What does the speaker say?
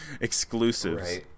exclusives